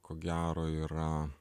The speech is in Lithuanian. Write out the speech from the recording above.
ko gero yra